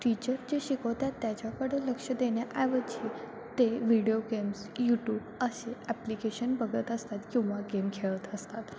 teacher जे शिकवतात त्याच्याकडं लक्ष देण्याऐवजी ते व्हिडिओ गेम्स यूटूब असे ॲप्लिकेशन बघत असतात किंवा गेम खेळत असतात